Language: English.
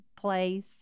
place